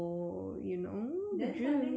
then sunday 就早一点睡 lah